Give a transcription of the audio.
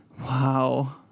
wow